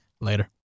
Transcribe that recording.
Later